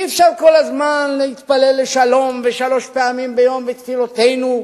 אי-אפשר כל הזמן להתפלל לשלום ושלוש פעמים ביום בתפילותינו,